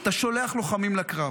אתה שולח לוחמים לקרב,